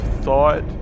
thought